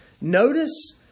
notice